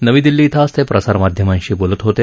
नवी दिल्ली इथं आज ते प्रसारमाध्यमांशी बोलत होते